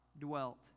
dwelt